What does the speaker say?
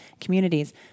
communities